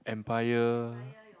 empire